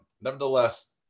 nevertheless